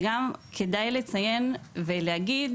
וגם כדאי לציין ולהגיד,